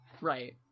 Right